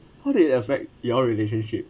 how did it affect your relationship